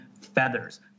feathers